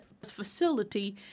facility